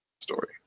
story